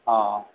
हँ